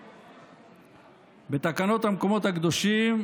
בתקנות המקומות הקדושים,